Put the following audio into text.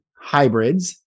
hybrids